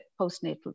postnatal